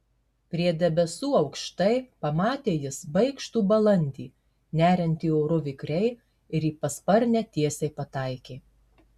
prie debesų aukštai pamatė jis baikštų balandį neriantį oru vikriai ir į pasparnę tiesiai pataikė